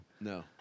No